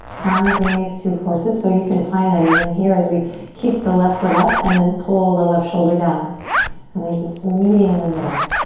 balancing these two forces so you can find that even here as we kick the left foot up and then pull the left shoulder down and there's this meeting in the middle.